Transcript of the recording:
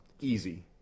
easy